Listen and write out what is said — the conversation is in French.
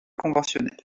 conventionnels